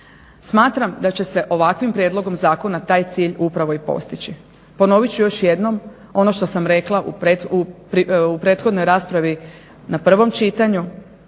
Smatram da će se ovakvim prijedlogom zakona taj cilj upravo i postići. Ponovnit ću još jednom ono što sam rekla u prethodnoj raspravi na prvom čitanju,